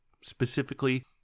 specifically